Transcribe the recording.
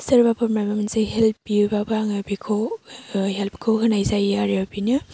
सोरबाफोर माबा मोनसे हेल्प बियोबाबो आङो बेखौ हेल्पखौ होनाय जायो आरो बिनो